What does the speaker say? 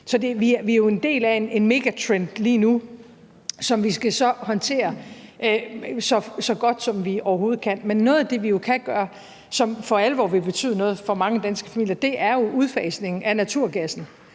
Så vi er jo en del af en megatrend lige nu, som vi så skal håndtere så godt, som vi overhovedet kan. Men noget af det, som vi jo kan gøre, og som for alvor vil betyde noget for mange danske familier, er udfasningen af naturgassen,